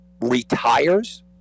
Retires